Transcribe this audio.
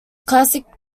classic